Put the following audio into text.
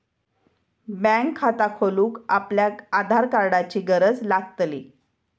bank खाता खोलूक आपल्याक आधार कार्डाची गरज लागतली